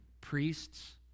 priests